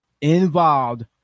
involved